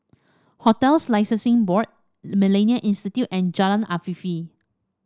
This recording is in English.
Hotels Licensing Board MillenniA Institute and Jalan Afifi